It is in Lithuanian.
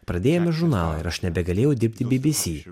pradėjome žurnalą ir aš nebegalėjau dirbti bbc